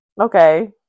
Okay